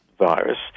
virus